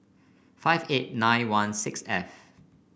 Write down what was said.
five eight nine one six F